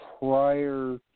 prior